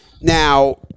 Now